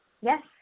Yes